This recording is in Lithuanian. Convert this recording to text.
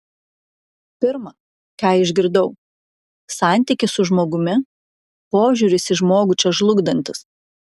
pirma ką išgirdau santykis su žmogumi požiūris į žmogų čia žlugdantis